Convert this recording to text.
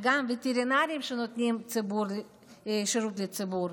וגם וטרינרים שנותנים שירות לציבור.